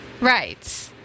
Right